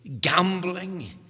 gambling